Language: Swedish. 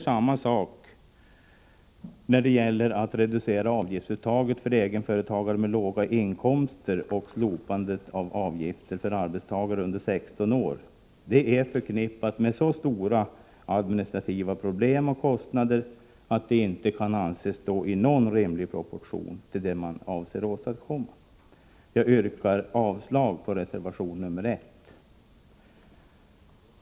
Samma sak gäller vid reducerandet av avgiftsuttaget för egenföretagare med låga inkomster och vid slopandet av avgifter för arbetstagare under 16 år. Detta är förknippat med så stora administrativa problem och kostnader att det inte kan anses stå i någon rimlig proportion till det man avser åstadkomma. Jag yrkar avslag på reservation nr 1.